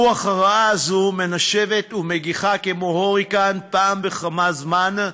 הרוח הרעה הזאת מנשבת ומגיחה כמו הוריקן פעם בכמה זמן,